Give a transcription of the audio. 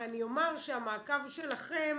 אומר שהמעקב שלכם